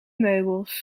meubels